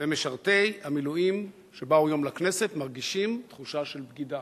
ומשרתי המילואים שבאו היום לכנסת מרגישים תחושה של בגידה,